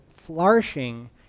flourishing